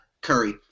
Curry